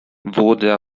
wurde